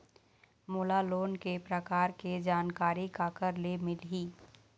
मोला लोन के प्रकार के जानकारी काकर ले मिल ही?